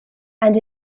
and